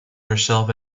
herself